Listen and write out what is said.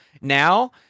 now